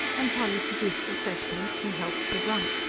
and polly produced refreshments and healths were drunk.